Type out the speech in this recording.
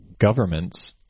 governments